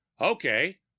Okay